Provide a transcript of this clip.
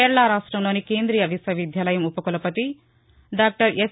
కేరళ రాష్టంలోని కేంద్రీయ విశ్వవిద్యాలయం ఉపకులపతి డాక్టర్ ఎస్